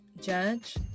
judge